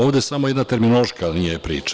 Ovde samo jedna terminološka nije priča.